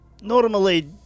Normally